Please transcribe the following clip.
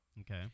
Okay